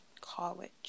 college